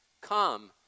come